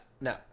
No